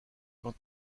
quant